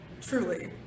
Truly